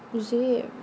is it